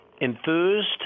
enthused